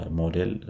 model